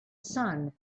sun